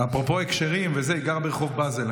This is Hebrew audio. אפרופו הקשרים, היא גרה ברחוב בזל.